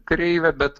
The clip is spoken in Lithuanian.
kreivė bet